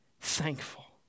thankful